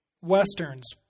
Westerns